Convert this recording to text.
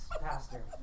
Pastor